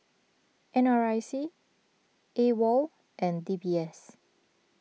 N R I C Awol and D B S